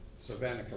Savannah